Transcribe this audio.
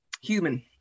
human